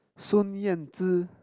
Sun-Yanzi